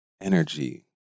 energy